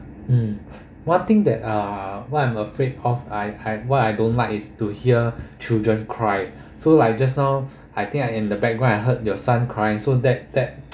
mm one thing that uh what I'm afraid of I had what I don't like is to hear children cried so like just now I think I in the background I heard your son crying so that that